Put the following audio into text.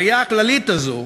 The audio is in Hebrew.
הראייה הכללית הזאת,